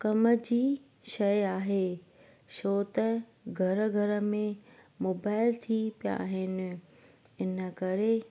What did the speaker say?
कम जी शइ आहे छो त घर घर में मोबाइल थी पिया आहिनि इन करे